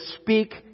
speak